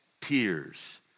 tears